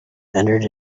entered